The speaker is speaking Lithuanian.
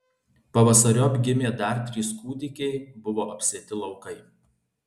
pavasariop gimė dar trys kūdikiai buvo apsėti laukai